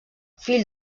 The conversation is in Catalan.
fil